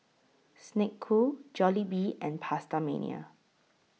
Snek Ku Jollibee and PastaMania